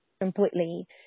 completely